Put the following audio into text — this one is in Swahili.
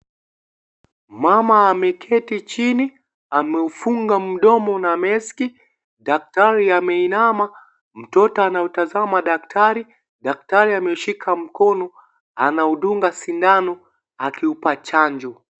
Mama ameketi chini, ameufunga mdomo na meski, daktari ameinama, mtoto anautazama daktari, daktari ameushika mkono anaudunga shindano akiupa chanjo.